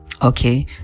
Okay